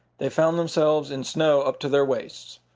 they found themselves in snow up to their waists.